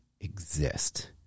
exist